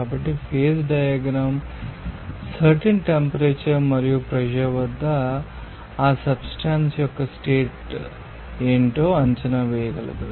కాబట్టి phase diagram certain temperature మరియు pressure వద్ద ఆ సబ్స్టాన్స్ యొక్క స్టేట్ ఏమిటో అంచనా వేయగలదు